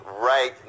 right